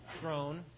throne